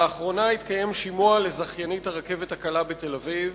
לאחרונה התקיים שימוע לזכיינית הרכבת הקלה בתל-אביב.